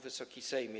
Wysoki Sejmie!